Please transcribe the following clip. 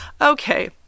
Okay